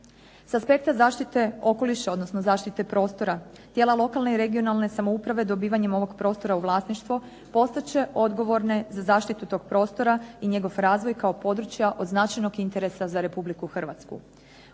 S aspekta zaštite okoliša odnosno zaštite prostora tijela lokalne i regionalne samouprave dobivanjem ovog prostora u vlasništvo postat će odgovorne za zaštitu tog prostora i njegov razvoj kao područja od značajnog interesa za Republiku Hrvatsku.